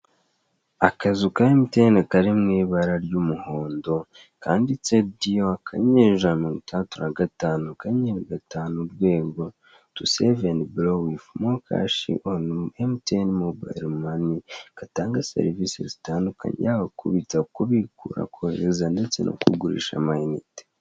Akazu ka emutiyeni kari mu ibara ry'umuhondo kanditseho diyo akanyenyeri ijana na mirongo itandatu na gatanu akanyenyeri gatanu urwego tusevu andi borowu wivu mo kashi onu emutiyeni mobayilo mani gatanga serivise zitandukanye yaba kubitsa kubikura kohereza ndetse no kugurisha amayinite.